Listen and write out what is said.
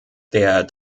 der